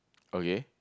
okay